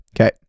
Okay